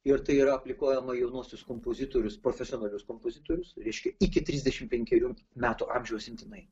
ir tai yra aplikuojama į jaunuosius kompozitorius profesionalius kompozitorius reiškia iki trisdešimt penkerių metų amžiaus imtinai